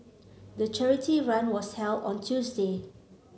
the charity run was held on Tuesday